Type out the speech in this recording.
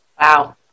Wow